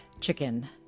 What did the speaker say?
chicken